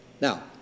Now